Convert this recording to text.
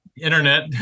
internet